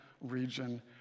region